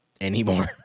anymore